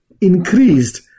increased